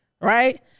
right